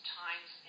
times